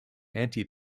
anti